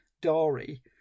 Dory